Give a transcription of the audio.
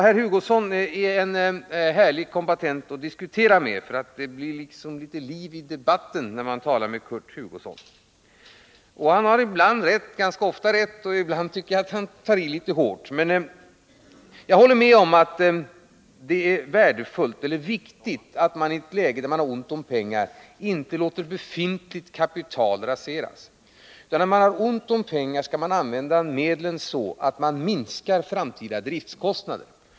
Herr Hugosson är en härlig kombattant att diskutera med — det blir alltid litet liv i debatten när han deltar. Och Kurt Hugosson har ganska ofta rätt, men ibland tycker jag att han tar i väl hårt. Jag håller med honom om att det är viktigt att man i ett läge där man har ont om pengar inte låter befintligt kapital raseras. När man har ont om pengar skall man använda medlen så att man minskar framtida driftkostnader.